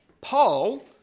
Paul